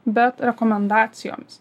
bet rekomendacijomis